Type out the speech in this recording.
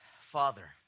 Father